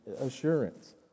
assurance